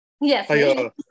Yes